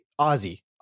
ozzy